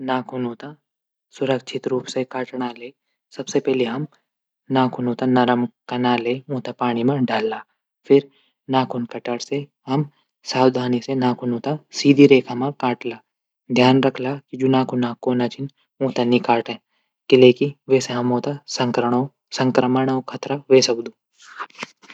नाखूनो तै सुरक्षित रूप से कटणा ले सबसे पैली हम नाखूनो तै नरम कनाले ऊंथै पाणि मा डंला। फिर नाखून कटर से सावधानी से नाखूनों तै सीधी रेखा मा काटला। ध्यान रखला जू नाखूनो कोना छिन ऊंथै नी काटली। किले की वेसे संक्रमण खतरा ह्वे सकदू।